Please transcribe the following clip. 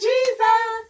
Jesus